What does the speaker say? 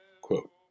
Quote